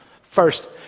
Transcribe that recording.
First